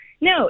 No